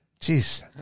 Jeez